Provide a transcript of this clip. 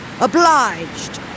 obliged